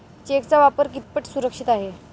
चेकचा वापर कितपत सुरक्षित आहे?